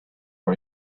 nor